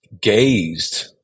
gazed